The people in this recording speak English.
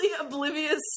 oblivious